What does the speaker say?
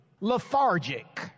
lethargic